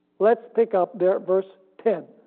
let's pick up their verse ten.